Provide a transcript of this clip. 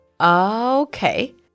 Okay